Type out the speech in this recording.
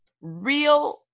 Real